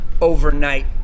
overnight